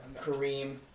Kareem